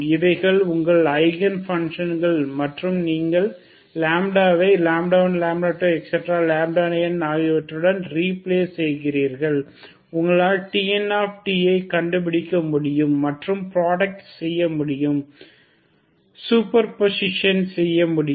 இவைகள் உங்கள் ஐகன் பன்ஷன்கள் மற்றும் நீங்கள் ஐ 1 2 3n ஆகியவற்றுடன் ரீப்ளேஸ் செய்கிறீர்கள் உங்களால் Tn ஐ கண்டுபிடிக்க முடியும் மற்றும் ப்ராடக்ட் செய்யமுடியும் மற்றும் சூப்பர் பொசிசன் செய்யமுடியும்